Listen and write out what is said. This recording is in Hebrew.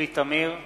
יולי תמיר,